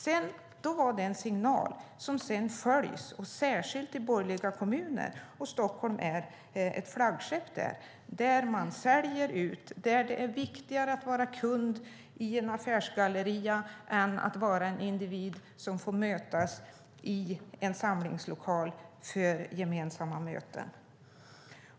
Det var en signal som sedan följdes, särskilt i borgerliga kommuner. Stockholm är ett flaggskepp där. Man säljer ut. Det är viktigare att vara kund i en affärsgalleria än att vara en individ som får komma till en samlingslokal för gemensamma möten.